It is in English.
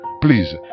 Please